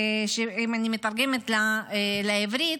שאם אני מתרגמת לעברית,